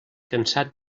cansat